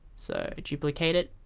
so duplicate it